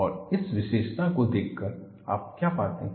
और इस विशेषता को देखकर आप क्या पाते हैं